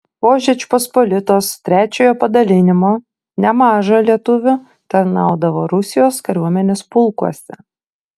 po žečpospolitos trečiojo padalinimo nemaža lietuvių tarnaudavo rusijos kariuomenės pulkuose